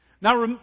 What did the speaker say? Now